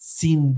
sin